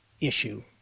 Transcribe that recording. issue